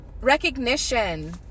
recognition